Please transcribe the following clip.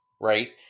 right